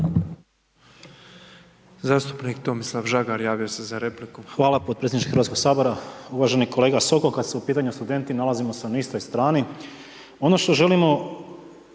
**Žagar, Tomislav (Nezavisni)** Hvala potpredsjedniče Hrvatskog sabora. Uvaženi kolega Sokol, kada su u pitanju studenti nalazimo se na istoj strani. Ono što želimo,